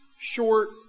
short